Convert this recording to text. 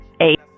eight